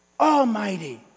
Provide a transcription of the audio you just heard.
Almighty